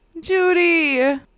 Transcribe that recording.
Judy